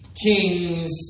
kings